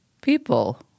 People